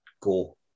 go